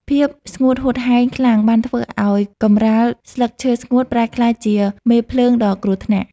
ភាពស្ងួតហួតហែងខ្លាំងបានធ្វើឱ្យកម្រាលស្លឹកឈើស្ងួតប្រែក្លាយជាមេភ្លើងដ៏គ្រោះថ្នាក់។